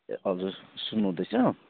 ए हजुर सुन्नुहुँदैछ